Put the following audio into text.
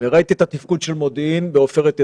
- וראיתי את התפקוד של מודיעין בעופרת יצוקה.